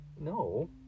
No